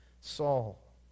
Saul